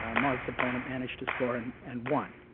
ah mark's opponent managed to score and and won,